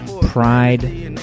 Pride